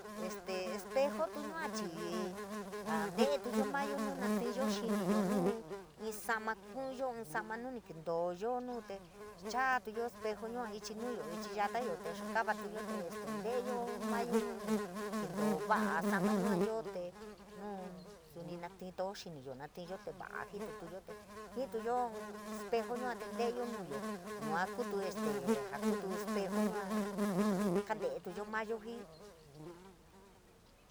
Este espejo tu yaa chii a te’etuyi mayo nuu naa natíyo xiniyo, nuu inn saana ku’uyo inn sama nuni keentoo yoo nuu te chaatuyo espejo yua, ichi nuuyo inchi yatayo te, xokavatuyo te este nteeyo mayo, nuni keentoo va’a sa’ana yua yo te, nuu suni naa natiiyoo xiniyo naatiyo te va’a jitotuyo, te ki’ituyo inn espejo yua te nteeyo nuyo, yua kuutu este jaa kutuu espejo yua kante’etuyo mayo jii.